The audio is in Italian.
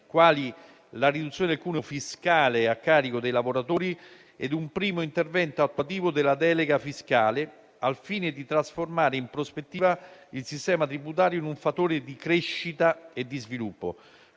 quali la riduzione del cuneo fiscale a carico dei lavoratori e un primo intervento attuativo della delega fiscale, al fine di trasformare, in prospettiva, il sistema tributario in un fattore di crescita e di sviluppo.